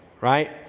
Right